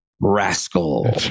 rascal